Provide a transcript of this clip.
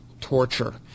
torture